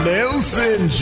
Nelson